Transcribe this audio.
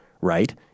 right